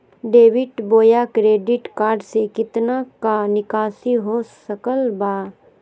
Debit बोया credit card से कितना का निकासी हो सकल बा?